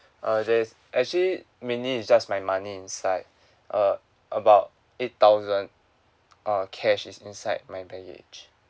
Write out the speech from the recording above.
uh there's actually mainly is just my money inside uh about eight thousand uh cash is inside my baggage